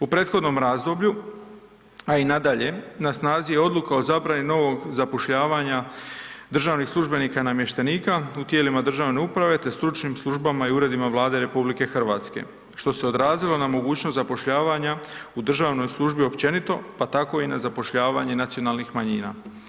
U prethodnom razdoblju a i nadalje na snazi je odluka o zabrani novog zapošljavanja državnih službenika i namještenika u tijelima državne uprave te stručnih službama i uredima Vlade RH što se odrazilo na mogućnost zapošljavanja u državnoj službi općenito pa tako i na zapošljavanje nacionalnih manjina.